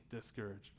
discouraged